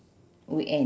weekend